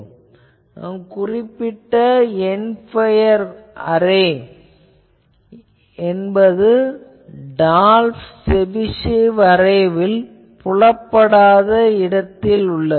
உண்மையில் நான் குறிப்பிட்ட என்ட் பயர் அரே என்பது டால்ப் செபிஷேவ் அரேவில் புலப்படாத இடத்தில் உள்ளது